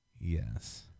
yes